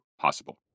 possible